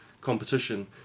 competition